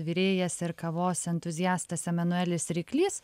virėjas ir kavos entuziastas emanuelis ryklys